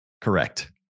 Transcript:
Correct